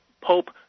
Pope